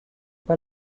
pas